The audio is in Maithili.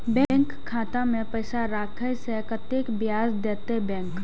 बैंक खाता में पैसा राखे से कतेक ब्याज देते बैंक?